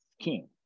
skin